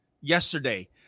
yesterday